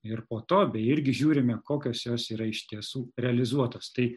ir po to beje irgi žiūrime kokios jos yra iš tiesų realizuotos tai